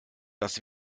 das